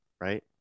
right